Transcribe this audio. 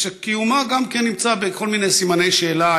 שגם קיומה נמצא בכל מיני סימני שאלה,